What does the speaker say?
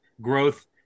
growth